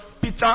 peter